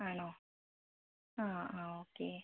ആണോ ആ ആ ഓക്കേ